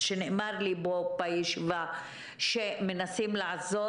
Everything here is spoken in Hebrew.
שנאמר לי פה בישיבה שמנסים לעזור.